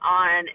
on